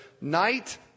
night